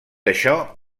això